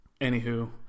Anywho